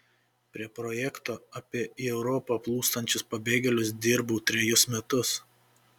prie projekto apie į europą plūstančius pabėgėlius dirbau trejus metus